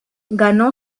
ganó